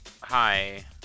hi